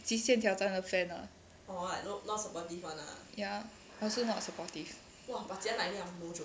极限挑战的 fan lah ya I also not supportive